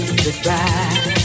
goodbye